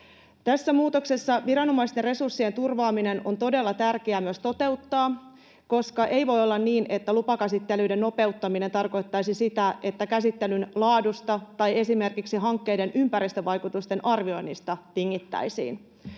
Tässä muutoksessa myös viranomaisten resurssien turvaaminen on todella tärkeää toteuttaa, koska ei voi olla niin, että lupakäsittelyiden nopeuttaminen tarkoittaisi sitä, että käsittelyn laadusta tai esimerkiksi hankkeiden ympäristövaikutusten arvioinnista tingittäisiin.